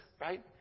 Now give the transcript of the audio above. right